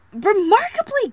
remarkably